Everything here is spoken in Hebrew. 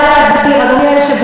אני רוצה להסביר, אדוני היושב-ראש.